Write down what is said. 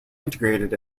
integrated